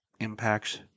impacts